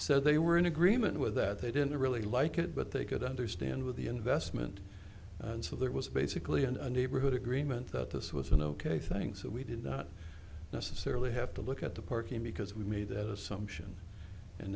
said they were in agreement with that they didn't really like it but they could understand with the investment and so there was basically in a neighborhood agreement that this was an ok thing so we did not necessarily have to look at the parking because we made that assumption and